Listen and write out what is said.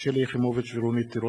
שלי יחימוביץ ורונית תירוש.